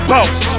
Boss